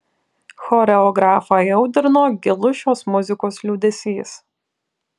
choreografą įaudrino gilus šios muzikos liūdesys